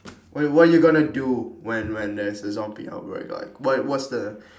wait what you gonna do when when there's a zombie outbreak like what what's the